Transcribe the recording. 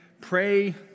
pray